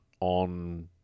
on